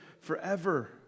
forever